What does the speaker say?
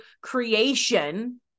creation